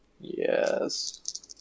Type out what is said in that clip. Yes